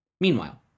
Meanwhile